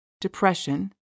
depression